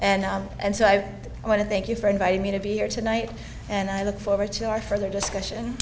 and and so i want to thank you for inviting me to be here tonight and i look forward to our further discussion